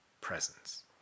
presence